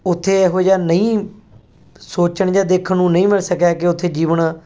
ਉੱਥੇ ਇਹੋ ਜਿਹਾ ਨਹੀਂ ਸੋਚਣ ਜਾਂ ਦੇਖਣ ਨੂੰ ਨਹੀਂ ਮਿਲ ਸਕਿਆ ਕਿ ਉੱਥੇ ਜੀਵਨ